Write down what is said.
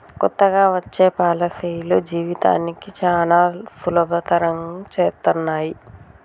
కొత్తగా వచ్చే పాలసీలు జీవితాన్ని చానా సులభతరం చేత్తన్నయి